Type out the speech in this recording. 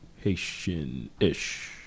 Haitian-ish